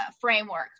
framework